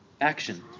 action